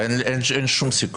לא, לא, אין שום סיכוי.